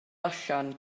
allan